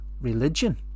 religion